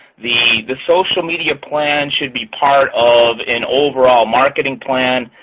the the social media plan should be part of an overall marketing plan.